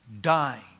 dying